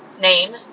name